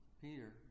Peter